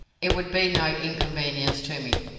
it would be no inconvenience to me,